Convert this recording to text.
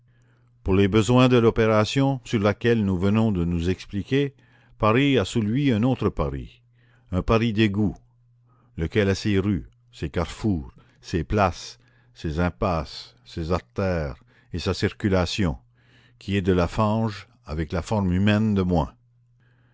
pour les besoins de l'opération sur laquelle nous venons de nous expliquer paris a sous lui un autre paris un paris d'égouts lequel a ses rues ses carrefours ses places ses impasses ses artères et sa circulation qui est de la fange avec la forme humaine de moins